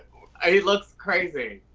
he looks crazy.